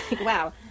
Wow